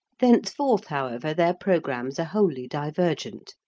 thenceforth, however, their programmes are wholly divergent,